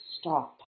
stop